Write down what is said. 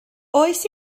oes